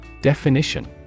Definition